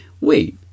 Wait